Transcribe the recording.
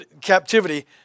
captivity